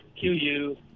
QU